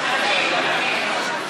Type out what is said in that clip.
תרחיב, תרחיב.